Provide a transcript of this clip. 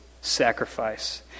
sacrifice